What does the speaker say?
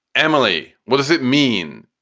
emily, what does it mean?